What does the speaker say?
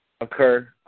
occur